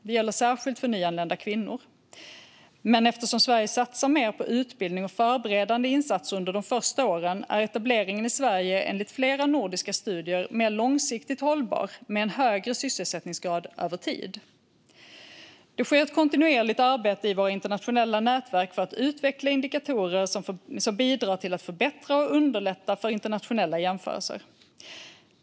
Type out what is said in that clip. Det gäller särskilt för nyanlända kvinnor. Men eftersom Sverige satsar mer på utbildning och förberedande insatser under de första åren är etableringen i Sverige enligt flera nordiska studier mer långsiktigt hållbar med en högre sysselsättningsgrad över tid. Det sker ett kontinuerligt arbete i våra internationella nätverk för att utveckla indikatorer som bidrar till att förbättra och underlätta för internationella jämförelser.